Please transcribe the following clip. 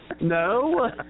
no